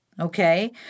okay